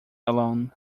alone